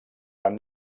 van